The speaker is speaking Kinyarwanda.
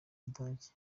budage